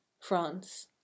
France